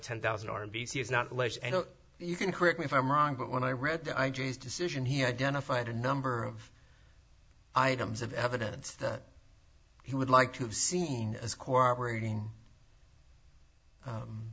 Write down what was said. ten thousand r b c is not alleged and you can correct me if i'm wrong but when i read the i g his decision he identified a number of items of evidence that he would like to have seen as core operating